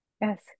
Yes